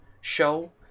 show